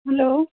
hello